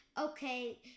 Okay